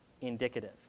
indicative